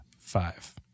five